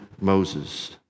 Moses